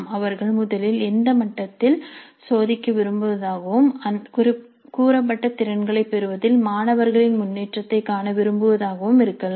அவர்கள் முதலில் அந்த மட்டத்தில் சோதிக்க விரும்புவதாகவும் கூறப்பட்ட திறன்களைப் பெறுவதில் மாணவர்களின் முன்னேற்றத்தைக் காண விரும்புவதாகவும் இருக்கலாம்